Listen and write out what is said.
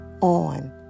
on